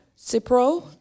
Cipro